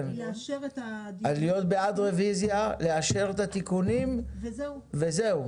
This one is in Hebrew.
להיות בעד ריוויזיה, לאשר את התיקונים וזהו.